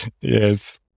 Yes